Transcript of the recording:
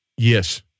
Yes